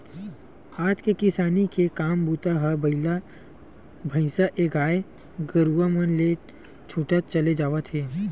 आज के किसानी के काम बूता ह बइला भइसाएगाय गरुवा मन ले छूटत चले जावत हवय